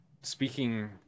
speaking